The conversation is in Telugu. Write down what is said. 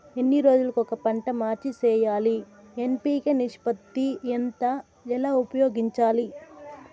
ఎన్ని రోజులు కొక పంట మార్చి సేయాలి ఎన్.పి.కె నిష్పత్తి ఎంత ఎలా ఉపయోగించాలి?